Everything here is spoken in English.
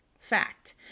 Fact